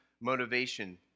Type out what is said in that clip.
motivation